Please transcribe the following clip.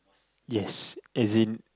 yes as in